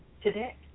today